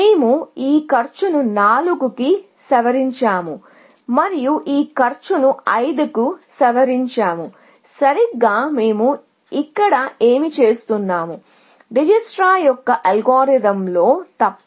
మేము ఈ కాస్ట్ను 4 కి సవరించాము మరియు ఈ కాస్ట్ను 5 కి సవరించాము సరిగ్గా మీరు ఇక్కడ ఏమి చేస్తున్నారు మీరు దీన్ని గ్రాఫ్లోనే చేస్తారు డిజికిస్ట్రా యొక్క అల్గోరిథంలో కాదు